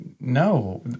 no